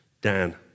Dan